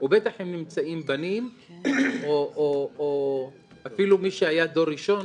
ובטח אם נמצאים בנים או אפילו מי שהיה דור ראשון